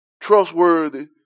trustworthy